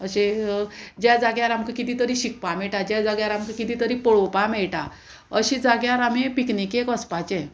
अशें ज्या जाग्यार आमकां किदें तरी शिकपा मेयटा ज्या जाग्यार आमकां किदें तरी पळोवपा मेयटा अशें जाग्यार आमी पिकनिकेक वचपाचे